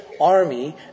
army